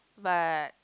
but